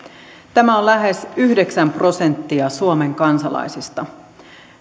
tämä on lähes yhdeksän prosenttia suomen kansalaisista